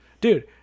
dude